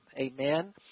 Amen